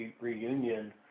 reunion